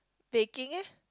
taking